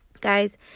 Guys